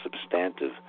substantive